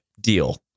deal